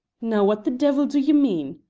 now, what the devil do you mean?